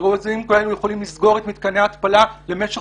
אירועי זיהום כאלו יכולים לסגור את מתקני ההתפלה למשך